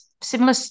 similar